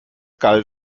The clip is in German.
galt